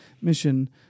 mission